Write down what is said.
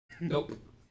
Nope